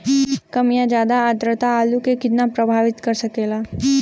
कम या ज्यादा आद्रता आलू के कितना प्रभावित कर सकेला?